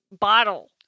bottle